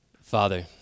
Father